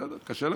בסדר, קשה לך.